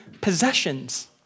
possessions